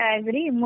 agree